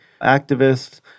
activists